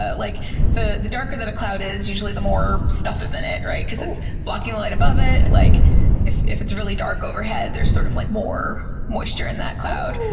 ah like the the darker that a cloud is, usually the more stuff is in it because it's blocking the light above it. like if if it's really dark overhead, there's sort of like more moisture in that cloud,